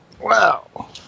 Wow